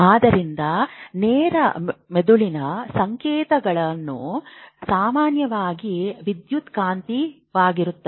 ಆದ್ದರಿಂದ ನೇರ ಮೆದುಳಿನ ಸಂಕೇತಗಳು ಸಾಮಾನ್ಯವಾಗಿ ವಿದ್ಯುತ್ಕಾಂತೀಯವಾಗಿರುತ್ತದೆ